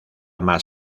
más